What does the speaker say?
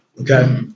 Okay